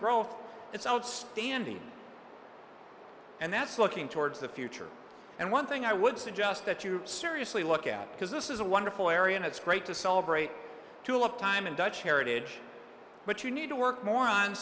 growth it's outstanding and that's looking towards the future and one thing i would suggest that you seriously look out because this is a wonderful area and it's great to celebrate tulip time and dutch heritage but you need to work more on